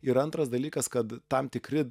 ir antras dalykas kad tam tikri